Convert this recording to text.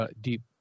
deep